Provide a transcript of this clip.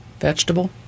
Vegetable